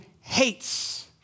hates